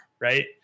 right